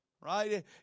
Right